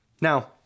Now